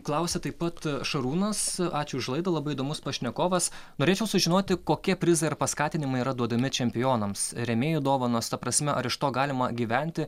klausia taip pat šarūnas ačiū už laidą labai įdomus pašnekovas norėčiau sužinoti kokie prizai ar paskatinimai yra duodami čempionams rėmėjų dovanos ta prasme ar iš to galima gyventi